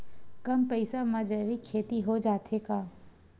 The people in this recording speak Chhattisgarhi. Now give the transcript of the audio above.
कम पईसा मा जैविक खेती हो जाथे का?